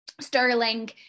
Sterling